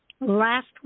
last